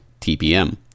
TPM